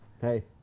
hey